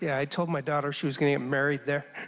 yeah i told my daughter, she was getting married there.